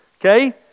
Okay